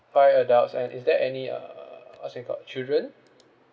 five adults and is there any uh uh uh what's it called children